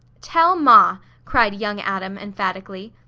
tell ma! cried young adam, emphatically.